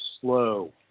slow